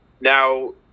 now